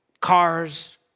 cars